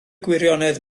gwirionedd